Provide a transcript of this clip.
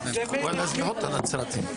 האם אפשר להוסיף לסיכום את כל הנושא של ההנחות?